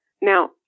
Now